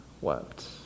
wept